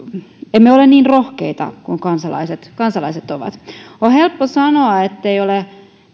emme ole niin rohkeita kuin kansalaiset kansalaiset ovat on helppo sanoa ettei eutanasia ole